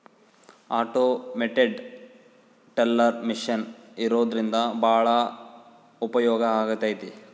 automated teller machine ಇರೋದ್ರಿಂದ ಭಾಳ ಉಪಯೋಗ ಆಗೈತೆ